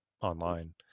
online